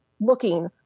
looking